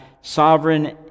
sovereign